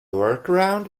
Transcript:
workaround